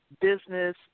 business